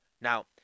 now